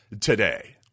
today